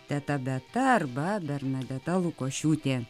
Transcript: teta beta arba bernadeta lukošiūtė